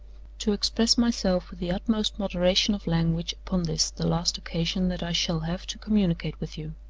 to express myself with the utmost moderation of language upon this the last occasion that i shall have to communicate with you.